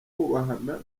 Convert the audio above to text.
kubahana